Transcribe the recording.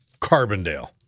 Carbondale